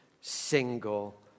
single